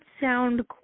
sound